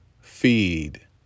feed